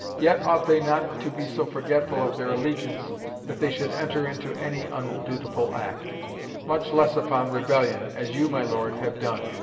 yet ought they not to be so forgetful of their allegiance that they should enter into any undutiful act much less upon rebellion, as you, my lord, have done.